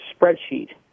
spreadsheet